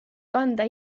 kanda